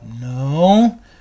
no